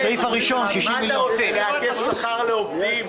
מה אתה רוצה, לעכב שכר לעובדים?